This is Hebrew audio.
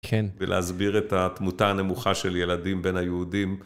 כן. ולהסביר את התמותה הנמוכה של ילדים בין היהודים.